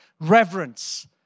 reverence